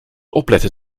opletten